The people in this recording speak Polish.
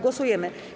Głosujemy.